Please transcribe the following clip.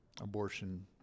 abortion